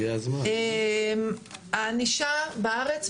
הענישה בארץ,